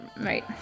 right